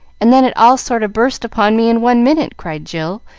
and then it all sort of burst upon me in one minute! cried jill,